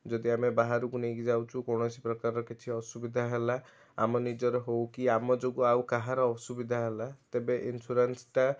ଯଦି ଆମେ ବାହାରକୁ ନେଇକି ଯାଉଛୁ କୌଣସି ପ୍ରକାରର କିଛି ଅସୁବିଧା ହେଲା ଆମ ନିଜର ହଉ କି ଆମ ଯୋଗୁଁ ଆଉ କାହାର ଅସୁବିଧା ହେଲା ତେବେ ଇନ୍ସୁରାନ୍ସ ଟା